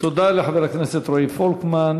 תודה לחבר הכנסת רועי פולקמן.